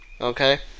okay